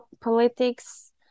politics